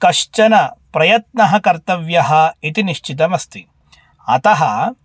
कश्चन प्रयत्नः कर्तव्यः इति निश्चितमस्ति अतः